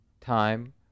time